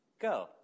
Go